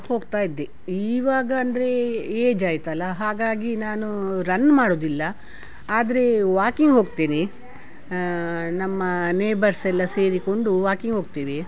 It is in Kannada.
ಹೋಗ್ತಾ ಇದ್ದೆ ಇವಾಗ ಅಂದರೆ ಏಜ್ ಆಯಿತಲ್ಲ ಹಾಗಾಗಿ ನಾನು ರನ್ ಮಾಡುವುದಿಲ್ಲ ಆದರೆ ವಾಕಿಂಗ್ ಹೋಗ್ತೀನಿ ನಮ್ಮ ನೇಬರ್ಸೆಲ್ಲ ಸೇರಿಕೊಂಡು ವಾಕಿಂಗ್ ಹೋಗ್ತೀವಿ